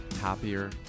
happier